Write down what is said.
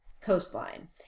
coastline